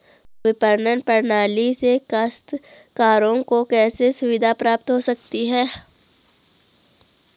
विपणन प्रणाली से काश्तकारों को कैसे सुविधा प्राप्त हो सकती है?